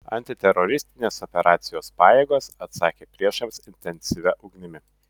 antiteroristinės operacijos pajėgos atsakė priešams intensyvia ugnimi